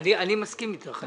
אני מסכים אתך.